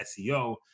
SEO